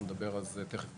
אנחנו נדבר על זה בהמשך.